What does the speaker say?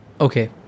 okay